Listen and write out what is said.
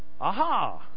Aha